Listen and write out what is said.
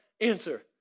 answer